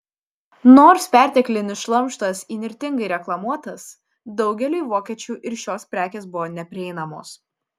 nors perteklinis šlamštas įnirtingai reklamuotas daugeliui vokiečių ir šios prekės buvo neprieinamos